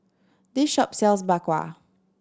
this shop sells Bak Kwa